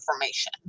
information